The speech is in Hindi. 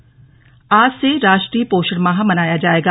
पोषण माह आज से राष्ट्रीय पोषण माह मनाया जाएगा